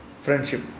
friendship